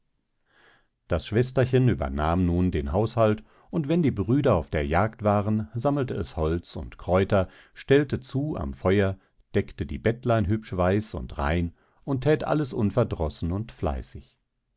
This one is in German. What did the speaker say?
das schwesterchen übernahm nun den haushalt und wenn die brüder auf der jagd waren sammelte es holz und kräuter stellte zu am feuer deckte die bettlein hübsch weiß und rein und thät alles unverdrossen und fleißig